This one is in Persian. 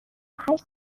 هشت